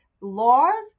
laws